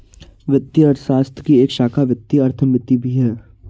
वित्तीय अर्थशास्त्र की एक शाखा वित्तीय अर्थमिति भी है